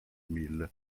mille